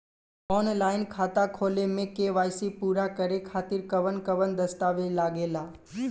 Online खाता खोले में के.वाइ.सी पूरा करे खातिर कवन कवन दस्तावेज लागे ला?